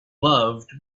loved